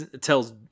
tells